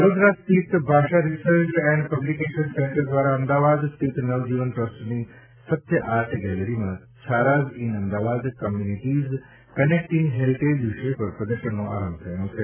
વડોદરા સ્થિત Bhasha research and publication centre દ્વારા અમદાવાદ સ્થિત નવજીવન ટ્રસ્ટની સત્ય આર્ટ ગેલેરીમાં Chharas in Ahmedabad communities connecting heritage વિષય પર પ્રદર્શનનો આરંભ થયો છે